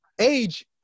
age